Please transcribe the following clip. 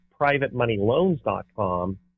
privatemoneyloans.com